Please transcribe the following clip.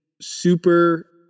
super